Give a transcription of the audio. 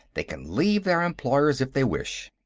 they can leave their employers if they wish.